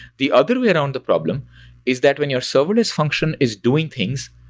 the other way around the problem is that when your serverless function is doing things,